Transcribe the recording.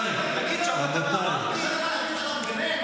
מחבר סיעה שלך, אתה לא ספגת.